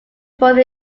both